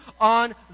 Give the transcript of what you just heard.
on